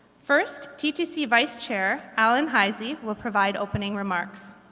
first ttc vice chair alan heisey will provide opening remarks.